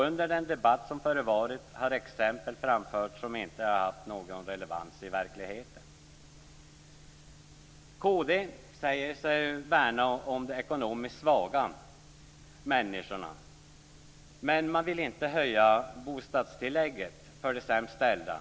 Under den debatt som förevarit har exempel framförts som inte har någon relevans i verkligheten. Kd säger sig värna den ekonomiskt svaga människan, men man vill inte höja bostadstillägget för de sämst ställda.